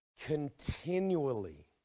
continually